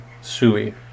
sui